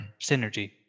synergy